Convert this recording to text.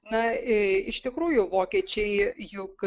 na i iš tikrųjų vokiečiai juk